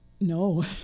No